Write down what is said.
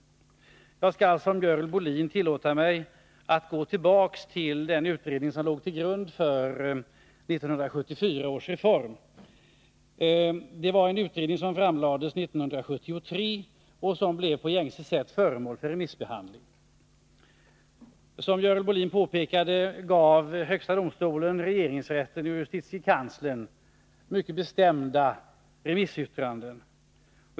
Jag skall som Görel Bohlin tillåta mig att gå tillbaka till den utredning som låg till grund för 1974 års reform. Det var en utredning som framlades 1973 och som på gängse sätt blev föremål för remissbehandling. Som Görel Bohlin påpekade gav högsta domstolen regeringsrätten och justitiekanslern mycket bestämda remissyttranden.